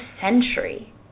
century